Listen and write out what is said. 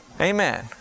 Amen